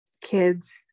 kids